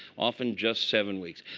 often just seven weeks.